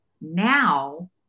Now